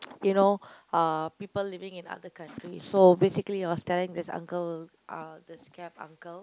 you know uh people living in other countries so basically was telling this uncle uh this cab uncle